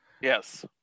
Yes